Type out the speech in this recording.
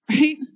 Right